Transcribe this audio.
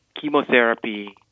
chemotherapy